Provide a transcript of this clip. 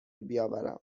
بیاورم